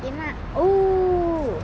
என்னா:enna oh